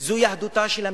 זה יהדותה של המדינה.